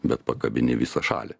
bet pakabini visą šalį